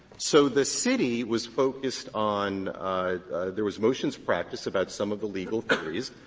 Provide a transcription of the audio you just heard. so the city was focused on there was motions practice about some of the legal theories,